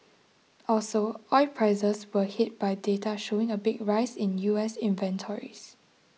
also oil prices were hit by data showing a big rise in U S inventories